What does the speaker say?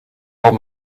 old